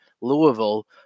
Louisville